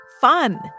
fun